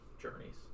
journeys